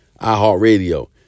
iHeartRadio